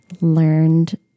learned